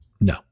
No